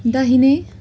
दाहिने